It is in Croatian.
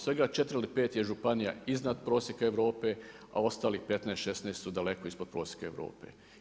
Svega 4 ili 5 je županija iznad prosjeka Europe, a ostalih 15, 16 su daleko ispod prosjeka Europe.